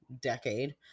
decade